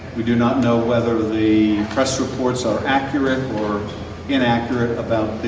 we do not know whether the press reports are accurate or inaccurate about the